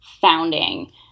founding